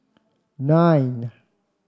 nine